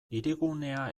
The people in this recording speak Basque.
hirigunea